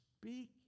Speak